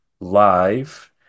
live